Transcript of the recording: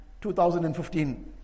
2015